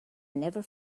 never